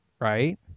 Right